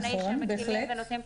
בהחלט.